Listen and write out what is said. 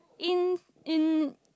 in in